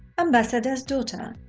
ambassador's daughter